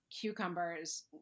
cucumbers